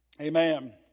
amen